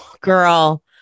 Girl